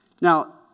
Now